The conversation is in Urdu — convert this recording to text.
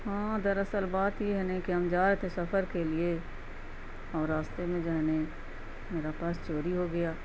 ہاں دراصل بات یہ ہے نہیں کہ ہم جا رہ تھے سفر کے لیے اور راستے میں ج نہیں میرا پاس چوری ہو گیا